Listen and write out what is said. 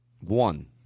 One